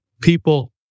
People